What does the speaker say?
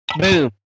boom